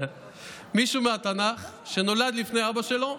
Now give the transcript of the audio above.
מישהו מהתנ"ך שנולד לפני אבא שלו,